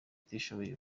utishoboye